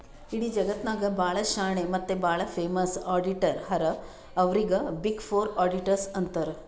ಇಡೀ ಜಗತ್ನಾಗೆ ಭಾಳ ಶಾಣೆ ಮತ್ತ ಭಾಳ ಫೇಮಸ್ ಅಡಿಟರ್ ಹರಾ ಅವ್ರಿಗ ಬಿಗ್ ಫೋರ್ ಅಡಿಟರ್ಸ್ ಅಂತಾರ್